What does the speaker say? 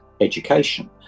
education